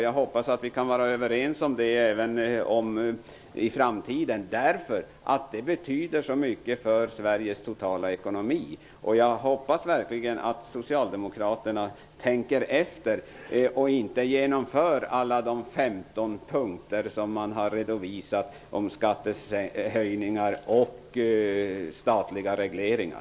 Jag hoppas att vi kan vara överens om det även i framtiden, därför att det betyder så mycket för Sveriges totala ekonomi. Jag hoppas verkligen att socialdemokraterna tänker efter och inte genomför alla de 15 punkter som de redovisat om skattehöjningar och statliga regleringar.